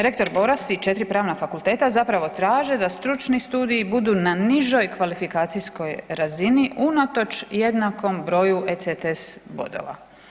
Rektor Boras i 4 pravna fakulteta zapravo traže da stručni studiji budu na nižoj kvalifikacijskoj razini unatoč jednakom brodu ECTS bodova.